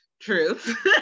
truth